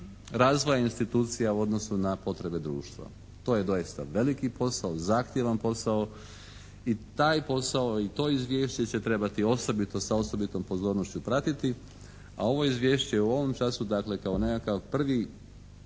razvoja institucija u odnosu na potrebe društva. To je zaista veliki posao, zahtijevan posao i taj posao i to Izvješće će trebati osobito, sa osobitom pozornošću pratiti, a ovo Izvješće u ovom času dakle kao nekakav prvi